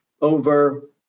over